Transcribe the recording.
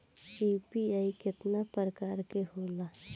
UPI केतना प्रकार के होला?